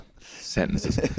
sentences